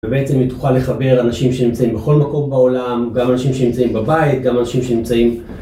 ובעצם היא תוכל לחבר אנשים שנמצאים בכל מקום בעולם, גם אנשים שנמצאים בבית, גם אנשים שנמצאים...